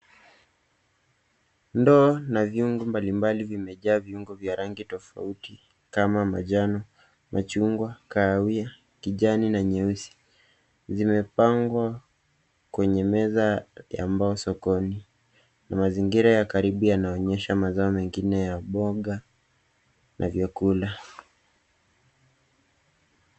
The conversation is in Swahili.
Ndoo na viungo mbalimbali vimejaa viungo vya rangi tofauti kama majani, machungwa, kahawia, kijani na nyeusi. Zimepangwa kwenye meza ya mbao sokoni. Mazingira ya karibu yanaonyesha mazao mengine ya mboga na vyakula.